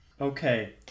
Okay